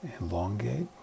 elongate